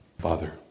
Father